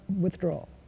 withdrawal